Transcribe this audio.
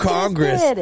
Congress